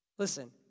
Listen